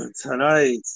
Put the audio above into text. Tonight